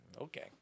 okay